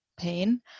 pain